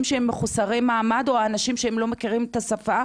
שהם מחוסרי מעמד או אנשים שהם לא מכירים את השפה,